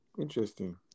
Interesting